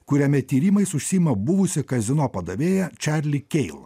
kuriame tyrimais užsiima buvusi kazino padavėja čarli keil